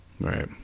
right